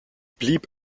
blieb